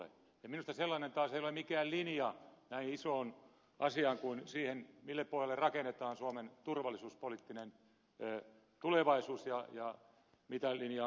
minusta sellainen taas ei ole mikään linja näin isoon asiaan kuin siihen mille pohjalle rakennetaan suomen turvallisuuspoliittinen tulevaisuus ja mitä linjaa mennään